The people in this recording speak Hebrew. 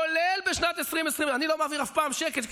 כולל בשנת 2020. אני לא מעביר אף פעם שקל.